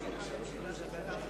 ידידי חבר הכנסת חיים